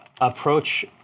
approach